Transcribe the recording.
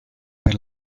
per